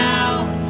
out